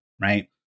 right